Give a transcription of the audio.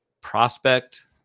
prospect